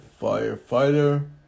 firefighter